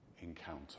encounter